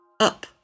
up